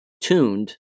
tuned